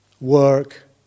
work